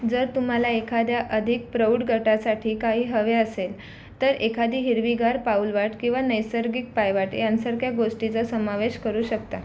जर तुम्हाला एखाद्या अधिक प्रौढ गटासाठी काही हवे असेल तर एखादी हिरवीगार पाऊलवाट किंवा नैसर्गिक पायवाट यासरख्या गोष्टीचा समावेश करू शकता